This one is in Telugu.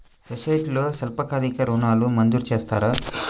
సొసైటీలో స్వల్పకాలిక ఋణాలు మంజూరు చేస్తారా?